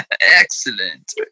excellent